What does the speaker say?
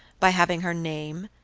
by having her name,